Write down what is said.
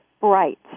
bright